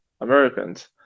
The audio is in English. Americans